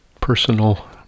personal